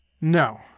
No